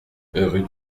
rue